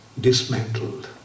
dismantled